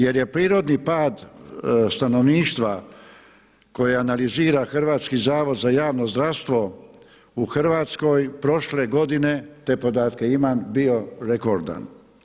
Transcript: Jer je prirodni pad stanovništva koje analizira Hrvatski zavod za javno zdravstvo u Hrvatskoj prošle godine, te podatke imam bio rekordan.